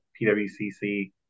PWCC